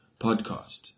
podcast